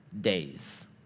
days